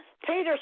Peter